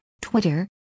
Twitter